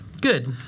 Good